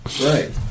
Right